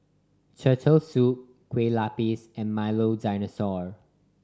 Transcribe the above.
Turtle Soup Kueh Lapis and Milo Dinosaur